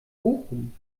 bochum